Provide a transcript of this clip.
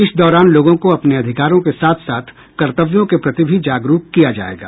इस दौरान लोगों को अपने अधिकारों के साथ साथ कर्तव्यों के प्रति भी जागरूक किया जायेगा